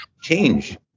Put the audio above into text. change